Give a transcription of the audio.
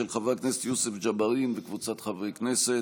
של חבר הכנסת יוסף ג'בארין וקבוצת חברי הכנסת.